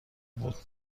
بود